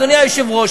אדוני היושב-ראש,